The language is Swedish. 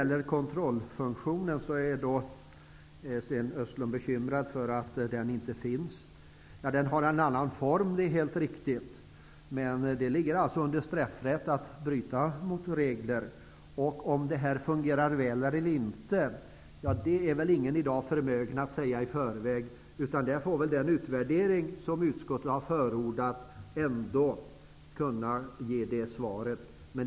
Sten Östlund är bekymrad för att kontrollfunktionen inte finns. Den har en annan form. Det är helt riktigt. Men det lyder under straffrätt att bryta mot regler. Om det här fungerar väl eller inte är väl ingen förmögen att säga i förväg. Det får den utvärdering som utskottet har förordat ge svar på.